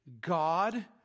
God